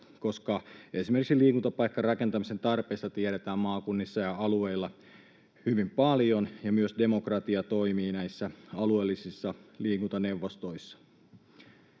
koska esimerkiksi liikuntapaikkarakentamisen tarpeista tiedetään maakunnissa ja alueilla hyvin paljon ja myös demokratia toimii näissä alueellisissa liikuntaneuvostoissa.